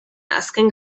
azken